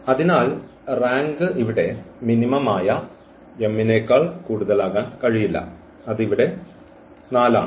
അതിനാൽ റാങ്ക് ഇവിടെ മിനിമമായ m നേക്കാൾ കൂടുതലാകാൻ കഴിയില്ല അത് ഇവിടെ നാലാണ്